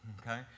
Okay